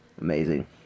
amazing